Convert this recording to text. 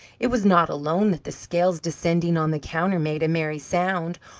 it was not alone that the scales descending on the counter made a merry sound,